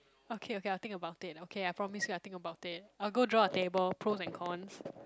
okay okay I'll think about it okay I promise you I think about it I'll go draw a table pros and cons